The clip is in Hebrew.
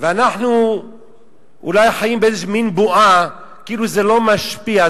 ואנחנו אולי חיים במין בועה, כאילו זה לא משפיע.